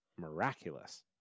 miraculous